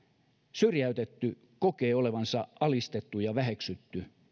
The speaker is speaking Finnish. syrjäytetty kokee olevansa alistettu ja väheksytty